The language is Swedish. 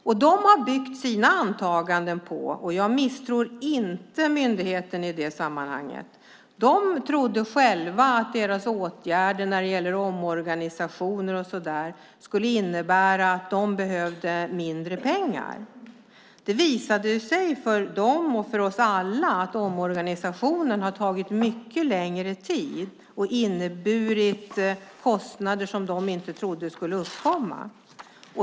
Och de har byggt sina antaganden på - och jag misstror inte myndigheten i det sammanhanget - att deras åtgärder, omorganisation etcetera, skulle innebära att de behövde mindre pengar. Det visade sig för dem och för oss alla att omorganisationen har tagit mycket längre tid och inneburit kostnader som de inte trodde skulle uppkomma.